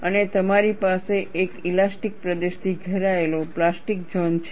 અને તમારી પાસે એક ઇલાસ્ટીક પ્રદેશથી ઘેરાયેલો પ્લાસ્ટિક ઝોન છે